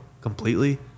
completely